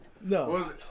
No